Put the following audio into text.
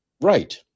right